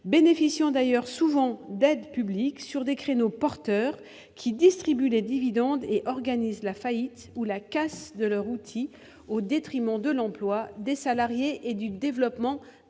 bénéficiant d'ailleurs souvent d'aides publiques, actives sur des créneaux porteurs, qui distribuent les dividendes et organisent la faillite ou la casse de leur outil au détriment de l'emploi, des salariés et du développement industriel.